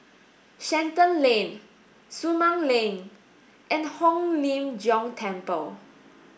Shenton Lane Sumang Link and Hong Lim Jiong Temple